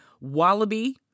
wallaby